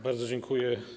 Bardzo dziękuję.